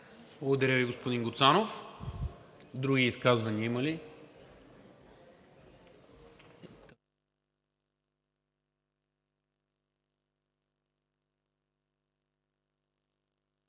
Благодаря Ви, господин Гуцанов. Други изказвания има ли?